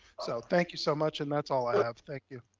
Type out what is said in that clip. so thank you so much. and that's all i have, thank you.